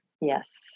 Yes